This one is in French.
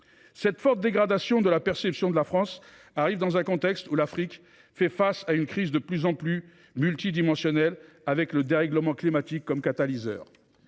Cette forte dégradation de la perception de la France survient dans un contexte où l’Afrique fait face à une crise de plus en plus multidimensionnelle, dont le dérèglement climatique est un catalyseur.